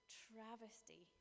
travesty